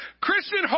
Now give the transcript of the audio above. Christian